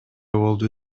болду